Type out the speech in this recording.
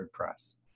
WordPress